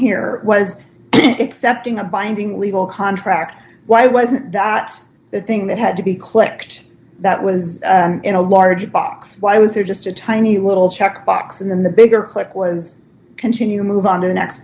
here was accepting a binding legal contract why wasn't that the thing that had to be clicked that was in a large box why was there just a tiny little checkbox in the bigger clip was continue move on to the next